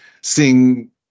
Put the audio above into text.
seeing